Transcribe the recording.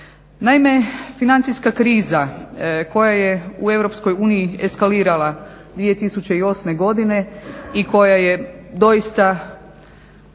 Naime, financijska kriza koja je u EU eskalirala 2008. godine i koja je doista